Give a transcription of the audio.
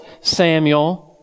Samuel